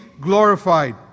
glorified